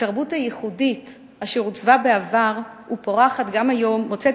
התרבות הייחודית אשר עוצבה בעבר ופורחת גם היום מוצאת